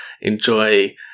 enjoy